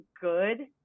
good